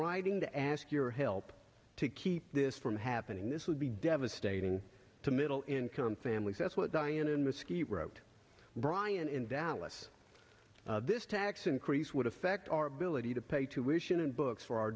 writing to ask your help to keep this from happening this would be devastating to middle income families that's what diane and mosquito wrote brian in dallas this tax increase would affect our ability to pay tuition and books for our